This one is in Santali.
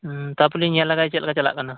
ᱛᱟᱨᱯᱚᱨᱮᱞᱤᱧ ᱧᱮᱞ ᱞᱮᱜᱟᱭᱟ ᱪᱮᱫᱞᱮᱠᱟ ᱪᱟᱞᱟᱜ ᱠᱟᱱᱟ